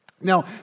Now